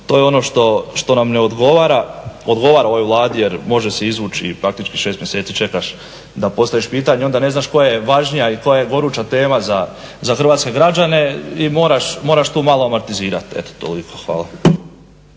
to je ono što nam ne odgovara. Odgovara ovoj Vladi jer može se izvući i praktički 6 mjeseci čekaš da postaviš pitanje, a onda ne znaš koja je važnija i koja je goruća tema za hrvatske građane i moraš tu malo amortizirati. Eto toliko, hvala.